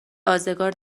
ازگار